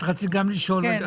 רצית גם לשאול.